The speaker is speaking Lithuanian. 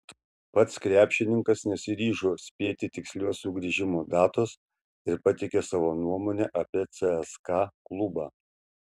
pats krepšininkas nesiryžo spėti tikslios sugrįžimo datos ir pateikė savo nuomonę apie cska klubą